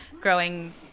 growing